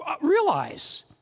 Realize